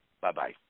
Bye-bye